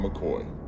McCoy